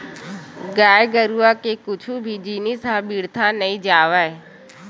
गाय गरुवा के कुछु भी जिनिस ह बिरथा नइ जावय